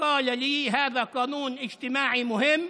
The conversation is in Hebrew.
והוא אמר לי שזה חוק חברתי חשוב,